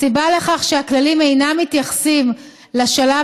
הסיבה לכך שהכללים אינם מתייחסים לשלב